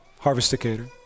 Harvesticator